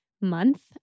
month